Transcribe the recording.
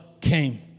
came